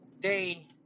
day